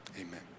Amen